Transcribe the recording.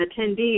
attendees